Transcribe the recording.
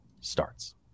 starts